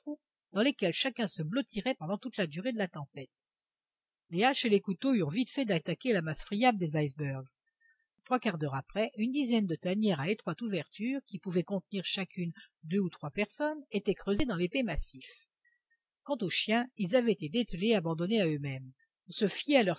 dans lesquels chacun se blottirait pendant toute la durée de la tempête les haches et les couteaux eurent vite fait d'attaquer la masse friable des icebergs trois quarts d'heure après une dizaine de tanières à étroites ouvertures qui pouvaient contenir chacune deux ou trois personnes étaient creusées dans l'épais massif quant aux chiens ils avaient été dételés et abandonnés à eux-mêmes on se fiait à leur